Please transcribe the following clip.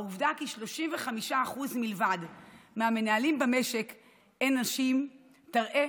העובדה כי 35% בלבד מהמנהלים במשק הם נשים תראה